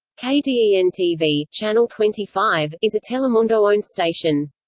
kden-tv, channel twenty five, is a telemundo-owned station.